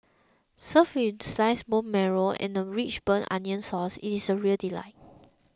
served with sliced bone marrow and a rich burnt onion sauce it is a real delight